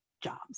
jobs